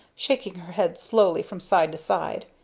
shaking her head slowly from side to side.